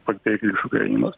pabėgėlių iš ukrainos